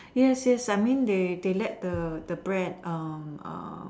yes yes I mean they let the the bread um um